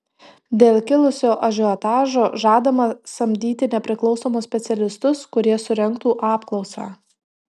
dėl kilusio ažiotažo žadama samdyti nepriklausomus specialistus kurie surengtų apklausą